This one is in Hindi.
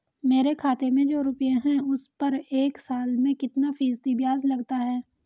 मेरे खाते में जो रुपये हैं उस पर एक साल में कितना फ़ीसदी ब्याज लगता है?